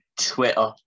Twitter